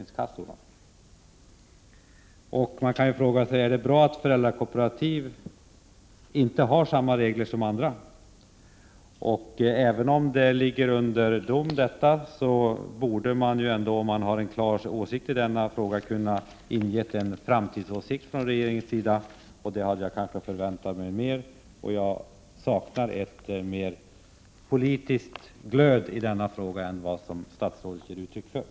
Jag undrar också om socialministern anser att det är bra att samma regler inte gäller för kommunala daghem och föräldrakooperativ. Även om detta är föremål för prövning i domstol borde regeringen, om den hade haft en klar åsikt i denna fråga, ha kunnat redogöra för den. Jag hade förväntat mig detta, och jag saknar en större politisk glöd från statsrådets sida än vad han ger uttryck för.